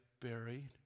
buried